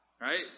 Right